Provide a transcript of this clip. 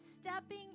stepping